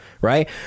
Right